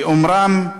באומרם: